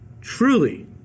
Truly